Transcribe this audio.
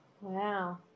Wow